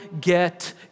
get